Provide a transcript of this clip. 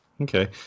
Okay